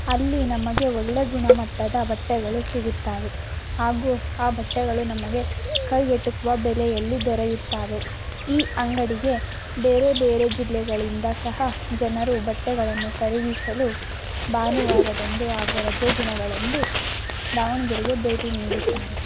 ಅಲ್ಲಿ ನಮಗೆ ಒಳ್ಳೆಯ ಗುಣಮಟ್ಟದ ಬಟ್ಟೆಗಳು ಸಿಗುತ್ತವೆ ಹಾಗೂ ಆ ಬಟ್ಟೆಗಳು ನಮಗೆ ಕೈಗೆಟುಕುವ ಬೆಲೆಯಲ್ಲಿ ದೊರೆಯುತ್ತವೆ ಈ ಅಂಗಡಿಗೆ ಬೇರೆ ಬೇರೆ ಜಿಲ್ಲೆಗಳಿಂದ ಸಹ ಜನರು ಬಟ್ಟೆಗಳನ್ನು ಖರೀದಿಸಲು ಭಾನುವಾರದಂದು ಹಾಗೂ ರಜೆ ದಿನಗಳಂದು ದಾವಣಗೆರೆಗೆ ಭೇಟಿ ನೀಡುತ್ತಾರೆ